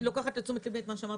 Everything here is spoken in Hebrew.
אני לוקחת לתשומת לבי את מה שאמרת,